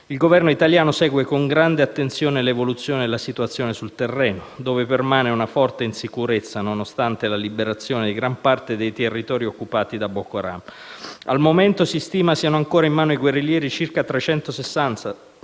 il Governo italiano segue con grande attenzione l'evoluzione della situazione sul terreno, dove permane una forte insicurezza nonostante la liberazione di gran parte dei territori occupati da Boko Haram. Al momento, si stima siano ancora in mano ai guerriglieri circa 360 tra